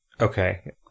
Okay